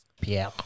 Pierre